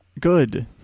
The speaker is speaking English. good